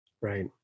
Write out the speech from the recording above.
Right